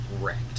wrecked